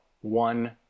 one